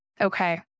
Okay